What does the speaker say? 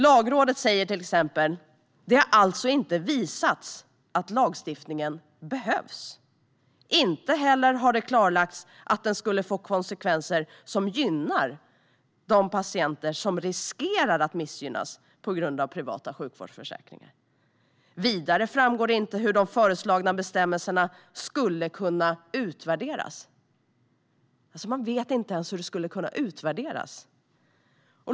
Lagrådet säger till exempel: "Det har alltså inte visats att lagstiftningen behövs. Inte heller har det klarlagts att den skulle få konsekvenser som gynnar de patienter som riskerar att missgynnas på grund av privata sjukvårdsförsäkringar. Vidare framgår inte hur de föreslagna bestämmelserna skulle kunna utvärderas." Man vet alltså inte ens hur det skulle kunna utvärderas.